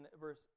verse